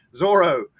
Zorro